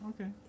Okay